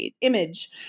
Image